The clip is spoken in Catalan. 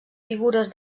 figures